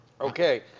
Okay